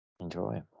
Enjoy